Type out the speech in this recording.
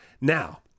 Now-